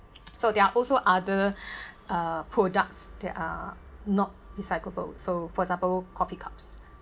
so there are also other uh products that are not recyclable so for example coffee cups